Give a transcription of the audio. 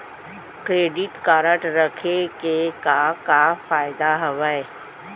Credit card रखे के का का फायदा हवे?